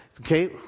Okay